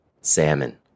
Salmon